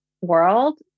world